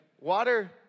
water